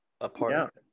apart